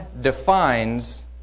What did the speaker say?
defines